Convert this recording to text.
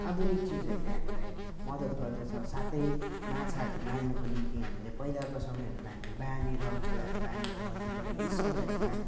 आधुनिक चिजहरूले हामीलाई मद्दत गर्दछ साथै माछाहरू मार्नको निम्ति पहिलाको समयहरूमा हामी बाँधेर खोलाहरू बाँधेर गर्थ्यौँ तर यी समयहरूमा